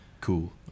cool